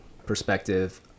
perspective